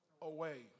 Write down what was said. away